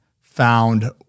found